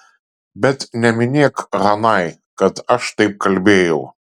bet neminėk hanai kad aš taip kalbėjau